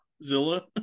Zilla